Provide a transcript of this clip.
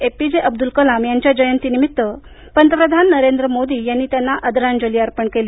APJ Abdul Kalam यांच्या जयंतीनिमित आज पंतप्रधान नरेंद्र मोदी यांनी त्यांना आदरांजली अर्पण केली